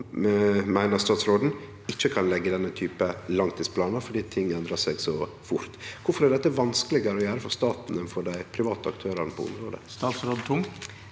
meiner statsråden – ikkje kan leggje denne type langtidsplanar fordi ting endrar seg så fort. Kvifor er dette vanskelegare å gjere for staten enn for dei private aktørane på området? Statsråd